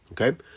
okay